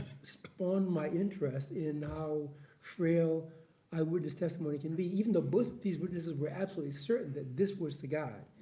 spawned my interest in how frail eyewitness testimony can be, even though both these witnesses were absolutely certain that this was the guy.